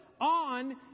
on